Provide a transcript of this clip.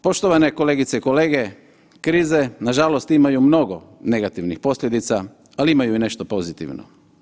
Poštovane kolegice i kolege, krize nažalost imaju mnogo negativnih posljedica, ali imaju i nešto pozitivno.